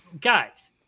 Guys